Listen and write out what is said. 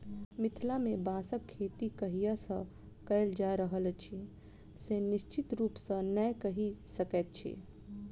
मिथिला मे बाँसक खेती कहिया सॅ कयल जा रहल अछि से निश्चित रूपसॅ नै कहि सकैत छी